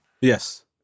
Yes